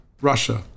Russia